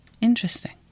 Interesting